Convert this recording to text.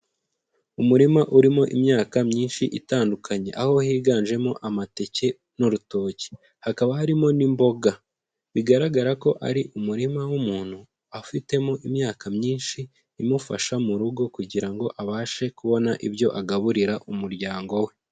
Umurima urimo imyaka myinshi itandukanye, aho higanjemo amateke n'urutoki, hakaba harimo n'imboga. Bigaragara ko ari umurima w'umuntu, afitemo imyaka myinshi, imufasha mu rugo, kugira ngo abashe kubona ibyo agaburira umuryango we.